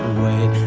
wait